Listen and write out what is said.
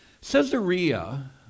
Caesarea